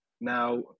Now